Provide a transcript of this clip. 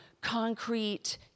concrete